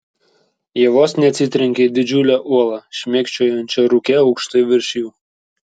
jie vos neatsitrenkė į didžiulę uolą šmėkščiojančią rūke aukštai virš jų